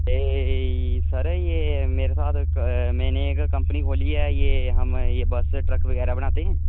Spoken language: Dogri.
एह् सर ये मेरे साथ एक मैंने एक कंपनी खोली है ये हम ये बस ट्रक बगैरा बनाते हैं